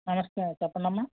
నమస్తే చెప్పండి అమ్మా